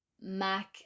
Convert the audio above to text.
MAC